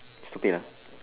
stupid lah